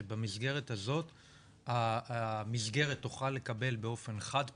שבמסגרת הזאת המסגרת תוכל לקבל באופן חד פעמי,